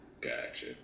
Gotcha